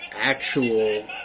actual